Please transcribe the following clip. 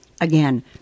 again